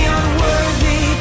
unworthy